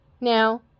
now